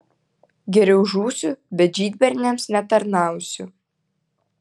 geriau žūsiu bet žydberniams netarnausiu